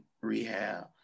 rehab